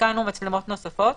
התקנו מצלמות נוספות.